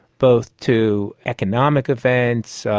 both to economic events,